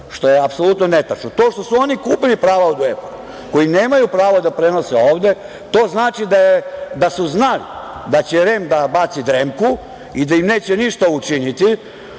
što je apsolutno netačno. To što su oni kupili pravo od UEFA koji nemaju pravo da prenose ovde, to znači da su znali da će REM da baci dremku i da im neće ništa učiniti